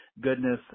goodness